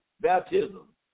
baptism